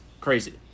crazy